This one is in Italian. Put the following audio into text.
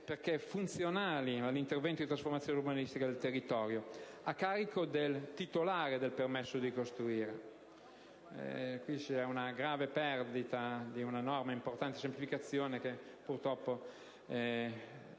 purché funzionali all'intervento di trasformazione urbanistica del territorio, a carico del titolare del permesso di costruire. Si tratta di una grave perdita di una norma importante di semplificazione dovuta all'approvazione